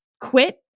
quit